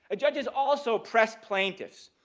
judges also press plaintiffs,